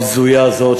הבזויה הזו,